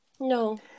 no